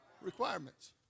requirements